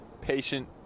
patient